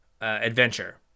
Adventure